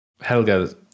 Helga